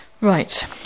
Right